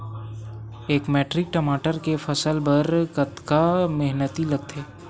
एक मैट्रिक टमाटर के फसल बर कतका मेहनती लगथे?